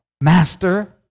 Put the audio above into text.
Master